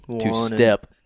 two-step